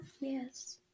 Yes